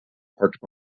parked